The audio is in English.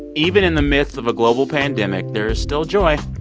even in the midst of a global pandemic, there is still joy.